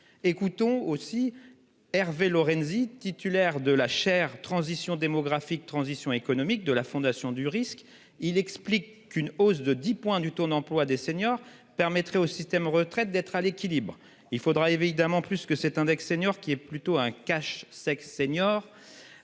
Écoutons aussi Hervé Lorenzi, titulaire de la chaire Transition démographique transition économique de la fondation du risque. Il explique qu'une hausse de 10 points du taux d'emploi des seniors permettrait au système retraite d'être à l'équilibre il faudra évidemment plus que cet index seniors qui est plutôt un cache-sexe seniors.